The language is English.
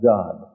God